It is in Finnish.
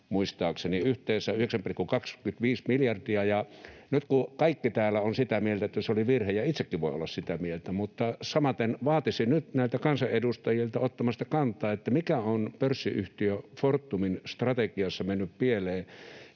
muistaakseni, eli yhteensä 9,25 miljardia. Ja nyt kaikki täällä ovat sitä mieltä, että se oli virhe, ja itsekin voin olla sitä mieltä, mutta samaten vaatisin nyt näiltä kansanedustajilta kannan ottamista siihen, mikä on pörssiyhtiö Fortumin strategiassa mennyt pieleen,